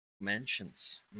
mansions